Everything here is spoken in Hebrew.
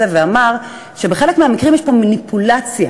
ואמר שבחלק מהמקרים יש פה מניפולציה,